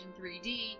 3D